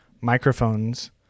microphones